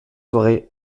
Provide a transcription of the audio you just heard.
soirée